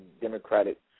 Democratic